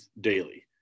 daily